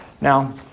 Now